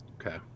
Okay